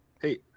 hey